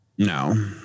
No